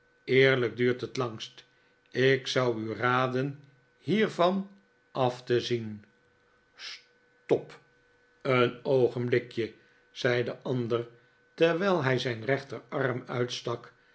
eerlijk duurt het langst ik zou u raden hiervan af te zien stop een oogenblikje zei de ander terwijl hij zijn rechterarm uitstak